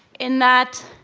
in that